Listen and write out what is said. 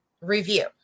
review